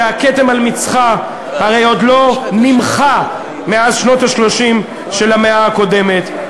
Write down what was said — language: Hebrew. שהכתם על מצחה הרי עוד לא נמחה מאז שנות ה-30 של המאה הקודמת.